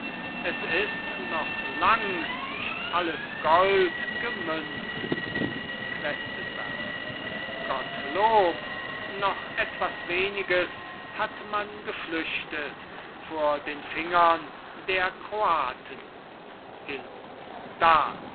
es ist noch lang nicht alles gold gemünzt questenberg gottlob noch etwas weniges hat man geflüchtet vor den fingern der kroaten illo da